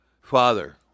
Father